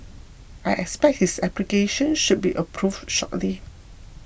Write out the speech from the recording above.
I expect his application should be approved shortly